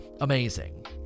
amazing